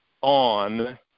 on